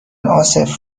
عاصف